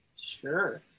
Sure